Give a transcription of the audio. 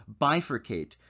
bifurcate